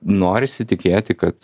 norisi tikėti kad